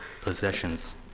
possessions